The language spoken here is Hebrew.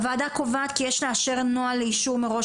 הוועדה קובעת כי יש לאשר נוהל לאישור מראש